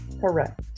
Correct